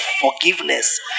forgiveness